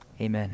Amen